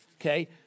Okay